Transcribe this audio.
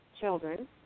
children